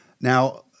Now